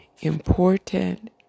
important